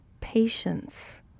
patience